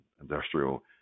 Industrial